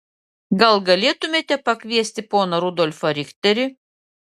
gal galėtumėte pakviesti poną rudolfą richterį